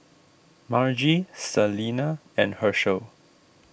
Margie Salina and Hershel